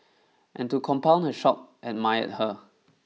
and to compound her shock admired her